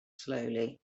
slowly